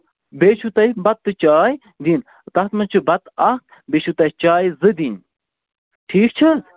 بیٚیہِ چھُو تۄہہِ بَتہٕ تہٕ چاے دِنۍ تَتھ منٛز چھِ بَتہٕ اَکھ بیٚیہِ چھُو تۄہہِ چایہِ زٕ دِنۍ ٹھیٖک چھِ حظ